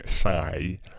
say